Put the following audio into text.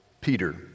Peter